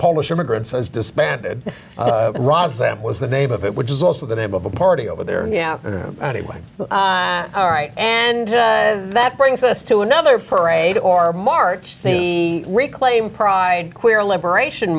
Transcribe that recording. polish immigrants as disbanded ra's that was the name of it which is also the name of the party over there yeah anyway all right and that brings us to another parade or march the reclaim pride queer liberation